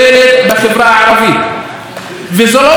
וזה לא נושא שהוא בלתי פתיר,